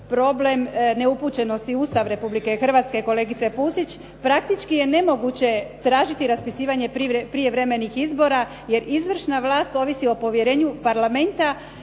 problem neupućenosti u Ustav Republike Hrvatske kolegice Pusić. Praktički je nemoguće tražiti raspisivanje prijevremenih izbora, jer izvršna vlast ovisi o povjerenju Parlamenta,